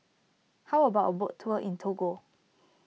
how about a boat tour in Togo